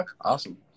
awesome